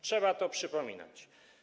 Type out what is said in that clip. Trzeba to przypominać.